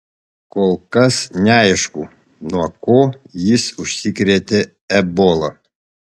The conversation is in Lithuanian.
kol kas neaišku nuo ko jis užsikrėtė ebola